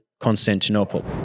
Constantinople